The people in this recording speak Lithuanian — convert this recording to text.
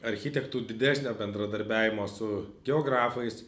architektų didesnio bendradarbiavimo su geografais